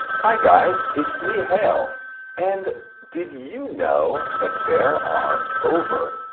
hi guys, it's me hale and did you know that there are over?